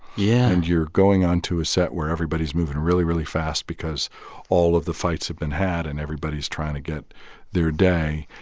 yeah and you're going onto a set where everybody's moving really, really fast because all of the fights have been had and everybody is trying to get their day.